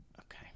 Okay